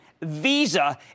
Visa